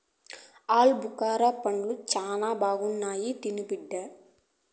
ఆలుబుకారా పండ్లు శానా బాగుంటాయి తిను బిడ్డ